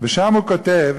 ושם הוא כתב: